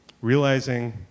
Realizing